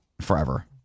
forever